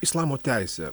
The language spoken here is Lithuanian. islamo teisė